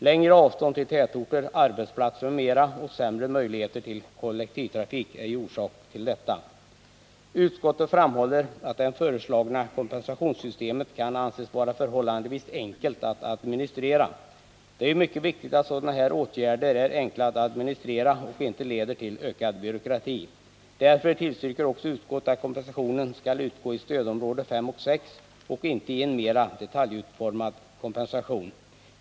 Längre avstånd till tätorter, arbetsplatser m.m. och sämre möjligheter till kollektivtrafik är ju orsak till Utskottet framhåller att det föreslagna kompensationssystemet kan anses Onsdagen den vara förhållandevis enkelt att administrera. Det är ju mycket viktigt att 21 maj 1980 sådana här åtgärder är enkla att administrera och inte leder till ökad byråkrati. Därför tillstyrker också utskottet att kompensationen skall utgå i — Stöd till glesbygstödområdena 5 och 6 och ger sig inte in på en mera detaljutformad den för vissa enerkompensation.